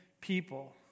people